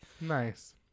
Nice